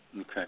Okay